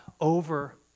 over